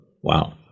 Wow